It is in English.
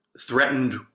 threatened